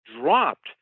dropped